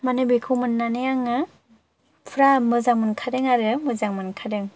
माने बेखौ मोननानै आङो फुरा मोजां मोनखादों आरो मोजां मोनखादों